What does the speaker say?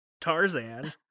Tarzan